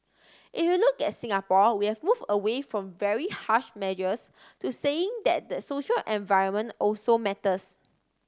if you look at Singapore we have move away from very harsh measures to saying that the social environment also matters